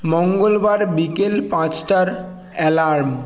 মঙ্গলবার বিকেল পাঁচটার অ্যালার্ম